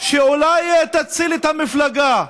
שאולי תציל את המפלגה.